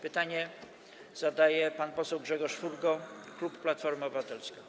Pytanie zadaje pan poseł Grzegorz Furgo, klub Platforma Obywatelska.